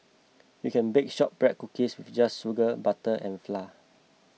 you can bake Shortbread Cookies with just sugar butter and fly